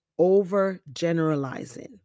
overgeneralizing